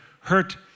hurt